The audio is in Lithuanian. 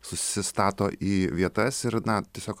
susistato į vietas ir na tiesiog